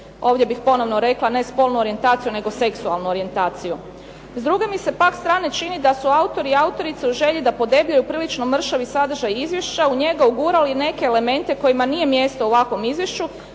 Ovdje bih ponovno rekla, ne spolnu orijentaciju, nego seksualnu orijentaciju. S druge mi se pak strane čini da su autori i autorice u želji da podebljaju prilično mršavi sadržaj izvješća u njega ugurali i neke elemente kojima nije mjesto u ovakvom izvješću,